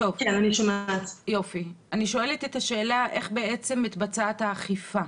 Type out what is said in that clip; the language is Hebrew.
אני שואלת איך מתבצעת האכיפה